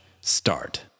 start